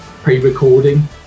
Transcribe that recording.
pre-recording